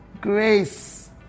Grace